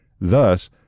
Thus